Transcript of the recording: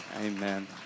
Amen